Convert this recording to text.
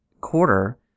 quarter